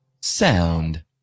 Sound